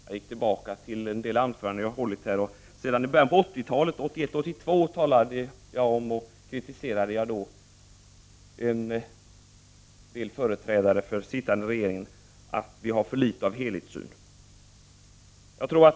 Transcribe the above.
Jag gick tillbaka och tittade på ett antal anföranden som jag hållit sedan början av 80-talet. 1981/82 kritiserade jag exempelvis en del företrädare för den sittande regeringen för att vi har för litet av helhetssyn.